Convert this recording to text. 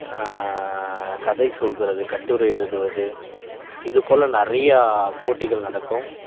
கதை சொல்கிறது கட்டுரை எழுதுவது இது போல நிறையா போட்டிகள் நடக்கும்